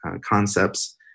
concepts